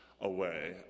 Away